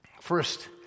First